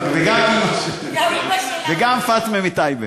גם אימא של, וגם פאטמה מטייבה.